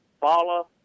Follow